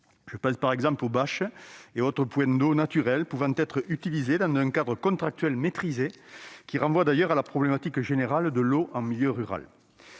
Je pense par exemple aux bâches et autres points d'eau naturels pouvant être utilisés dans un cadre contractuel maîtrisé- cela renvoie d'ailleurs à la problématique plus générale de l'eau en milieu rural.